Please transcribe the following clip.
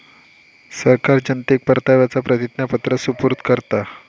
सरकार जनतेक परताव्याचा प्रतिज्ञापत्र सुपूर्द करता